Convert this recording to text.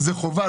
זה חובה,